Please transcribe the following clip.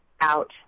out